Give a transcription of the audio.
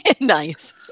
Nice